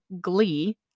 glee